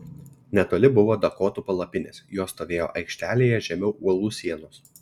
netoli buvo dakotų palapinės jos stovėjo aikštelėje žemiau uolų sienos